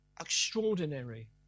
extraordinary